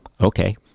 okay